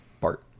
Bart